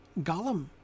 Gollum